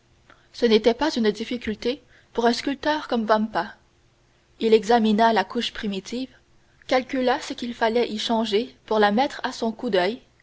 cela n'était pas une difficulté pour un sculpteur comme vampa il examina la couche primitive calcula ce qu'il fallait y changer pour la mettre à son coup d'oeil